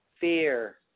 fear